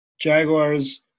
Jaguars